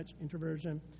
introversion